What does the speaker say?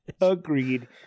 Agreed